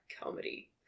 comedy